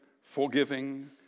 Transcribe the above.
forgiving